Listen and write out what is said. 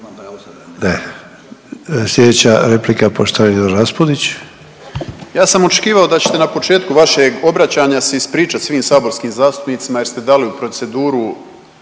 Sljedeća replika, poštovani Nino Raspudić.